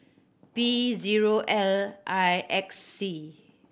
P zero L I X C